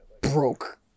broke